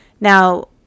now